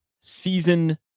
season